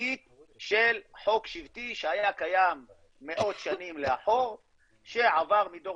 בסיסית של חוק שבטי שהיה קיים מאות שנים לאחור שעבר מדור